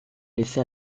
laisser